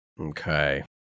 Okay